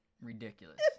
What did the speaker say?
Ridiculous